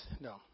no